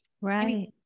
Right